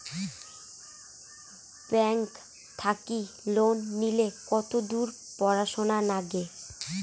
Bank থাকি loan নিলে কতদূর পড়াশুনা নাগে?